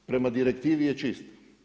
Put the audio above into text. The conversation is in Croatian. Prema direktivi je čist.